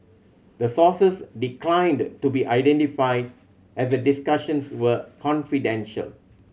the sources declined to be identified as the discussions were confidential